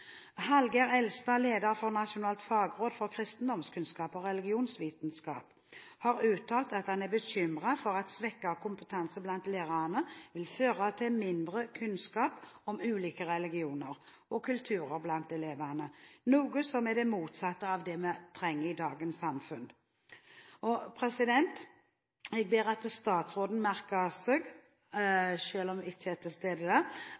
Elstad, leder for Nasjonalt fagråd for kristendomskunnskap og religionsvitenskap, har uttalt at han er bekymret for at svekket kompetanse blant lærerne vil føre til mindre kunnskap om ulike religioner og kulturer blant elevene, noe som er det motsatte av det vi trenger i dagens samfunn. Jeg ber om at statsråden merker seg, selv om hun ikke er til